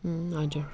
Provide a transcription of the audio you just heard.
अँ हजुर